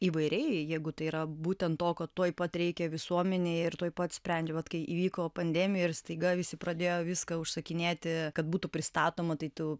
įvairiai jeigu tai yra būtent to ko tuoj pat reikia visuomenei ir tuoj pat sprendžia vat kai įvyko pandemija ir staiga visi pradėjo viską užsakinėti kad būtų pristatoma tai tu